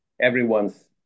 everyone's